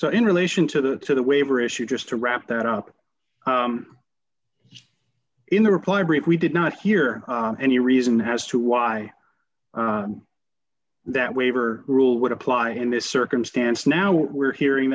so in relation to the to the waiver issue just to wrap that up in the reply brief we did not hear any reason has to why that waiver rule would apply in this circumstance now we're hearing